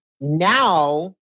now